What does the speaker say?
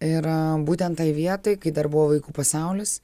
ir būtent tai vietai kai dar buvo vaikų pasaulis